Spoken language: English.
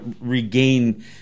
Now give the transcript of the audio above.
regain